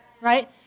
right